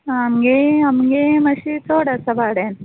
आं आमगें आमगें माश्शें चड आसा भाड्यान